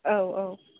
औ औ